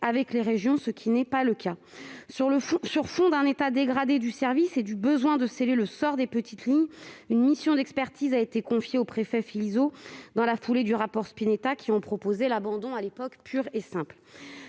avec les régions, ce qui n'est pas le cas. Sur fond d'état dégradé du service, et dans l'espoir de sceller le sort des petites lignes, une mission d'expertise a été confiée au préfet Philizot, dans la foulée du rapport Spinetta, qui en proposait à l'époque l'abandon pur et simple.